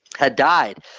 had died.